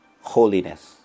holiness